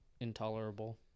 intolerable